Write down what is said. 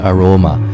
Aroma